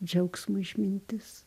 džiaugsmo išmintis